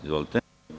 Izvolite.